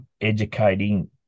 educating